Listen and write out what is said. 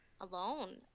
alone